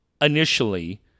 initially